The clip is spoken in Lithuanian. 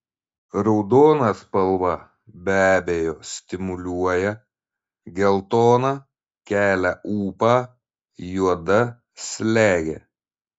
raudona spalva be abejo stimuliuoja geltona kelia ūpą juoda slegia